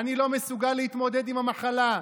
אני לא מסוגל להתמודד עם המחלה,